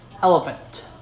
Elephant